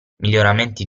miglioramenti